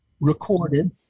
recorded